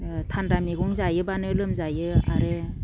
थान्दा मैगं जायोब्लानो लोमजायो जायो आरो